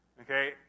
Okay